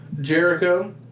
Jericho